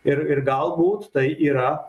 ir ir galbūt tai yra